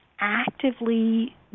actively